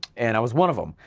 and i was one of them,